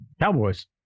Cowboys